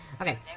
Okay